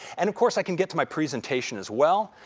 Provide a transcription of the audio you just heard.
and of course, i can get to my presentation as well.